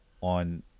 on